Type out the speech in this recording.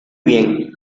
bien